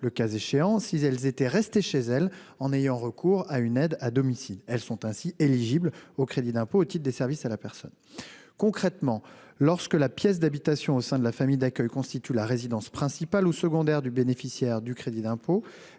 le cas échéant, si elles étaient restées chez elles en ayant recours à une aide à domicile. Elles sont ainsi éligibles au Cisap. Concrètement, lorsque la pièce d'habitation au sein de la famille d'accueil constitue la résidence principale ou secondaire du bénéficiaire du crédit d'impôt,